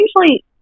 usually